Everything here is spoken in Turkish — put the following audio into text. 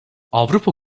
avrupa